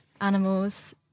animals